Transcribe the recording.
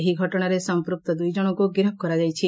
ଏହି ଘଟଶାରେ ସଂପ୍ନକ୍ତ ଦୁଇଜଣଙ୍କୁ ଗିରଫ କରାଯାଇଛି